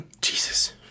Jesus